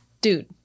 dude